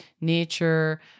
nature